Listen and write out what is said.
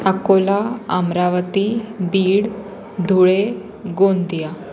Akola Amravati Beed Dhule Gondia